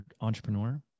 entrepreneur